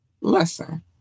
Listen